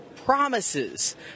Promises